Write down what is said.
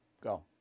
Go